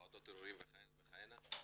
ועדות ערעורים וכהנה וכהנה,